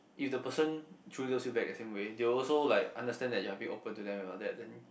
if the person truly loves you back the same way they will also like understand that you are a bit open to them about that then